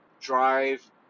drive